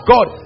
God